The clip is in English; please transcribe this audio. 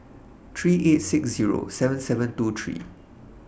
three eight six Zero seven seven two three